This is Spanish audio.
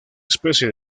especie